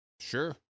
Sure